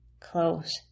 close